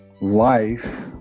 life